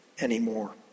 anymore